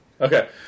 Okay